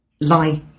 lie